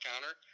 counter